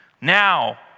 Now